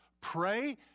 pray